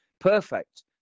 Perfect